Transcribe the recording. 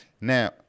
Now